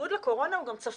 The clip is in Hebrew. בניגוד לקורונה, הוא גם צפוי.